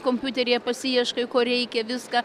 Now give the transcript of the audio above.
kompiuteryje pasiieškai ko reikia viską